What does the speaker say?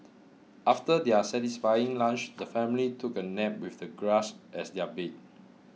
after their satisfying lunch the family took a nap with the grass as their bed